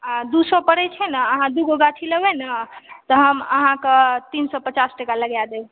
आ दू सए परै छै ने अहाँ दू गाछी लेबै ने तऽ हम अहाँके तीन सए पचास टका लगा देब